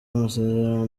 amasezerano